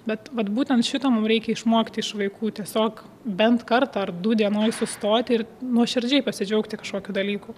bet vat būtent šito mum reikia išmokti iš vaikų tiesiog bent kartą ar du dienoj sustoti ir nuoširdžiai pasidžiaugti kažkokiu dalyku